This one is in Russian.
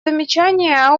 замечания